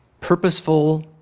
purposeful